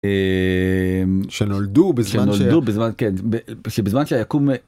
שנולדו בזמן שנולדו בזמן שבזמן שהיקום.